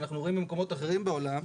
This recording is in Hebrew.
שאנחנו רואים במקומות אחרים בעולם,